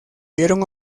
vieron